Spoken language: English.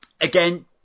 Again